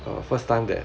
uh first time that